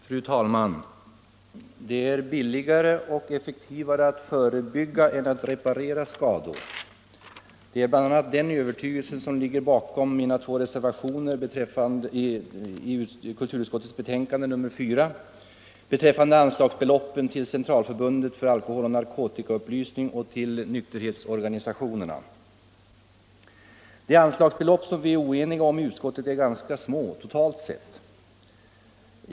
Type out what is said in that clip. Fru talman! Det är billigare och effektivare att förebygga än att reparera skador. Det är bl.a. den övertygelsen som ligger bakom mina två reservationer i kulturutskottets betänkande nr 4 beträffande anslagsbeloppen till Centralförbundet för alkoholoch narkotikaupplysning — CAN = och till nykterhetsorganisationerna. De anslagsbelopp som vi är oeniga om i utskottet är ganska små totalt sett.